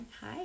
Hi